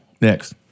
next